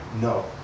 No